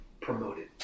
promoted